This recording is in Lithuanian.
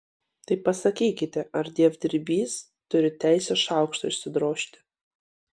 tai pasakykite ar dievdirbys turi teisę šaukštą išsidrožti